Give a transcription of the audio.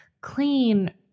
clean